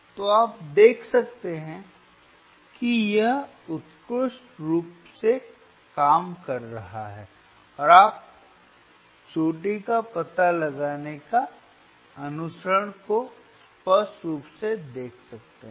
तो आप देख सकते हैं कि यह उत्कृष्ट रूप से काम कर रहा है और आप चोटी का पता लगाने के अनुसरण को स्पष्ट रूप से देख सकते हैं